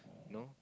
know